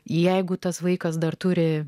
jeigu tas vaikas dar turi